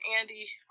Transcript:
Andy